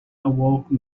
awoke